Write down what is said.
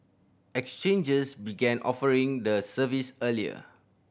exchanges began offering the service earlier